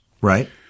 right